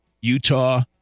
Utah